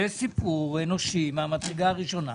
זה סיפור אנושי מן המדרגה הראשונה.